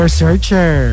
searcher